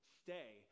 stay